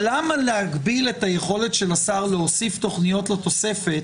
אבל למה להגביל את היכולת של השר להוסיף תוכניות לתוספת